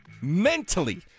mentally